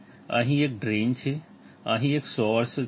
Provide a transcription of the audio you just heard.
અહીં એક ડ્રેઇન છે અહીં એક સોર્સ છે